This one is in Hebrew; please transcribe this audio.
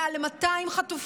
מעל 200 חטופים,